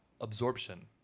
Absorption